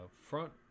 front